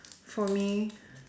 for me